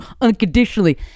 unconditionally